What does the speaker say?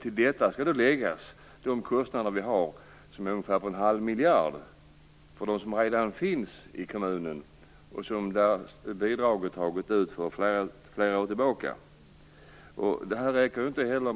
Till detta skall då läggas de kostnader vi har, ungefär på en halv miljard, för dem som redan finns i kommunen och för vilka bidraget har gått ut i flera år. Pengarna räcker ju inte heller.